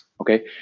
okay